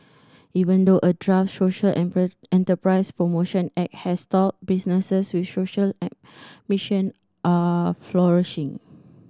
even though a draft social enterprise promotion act has stalled businesses with social an mission are flourishing